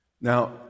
Now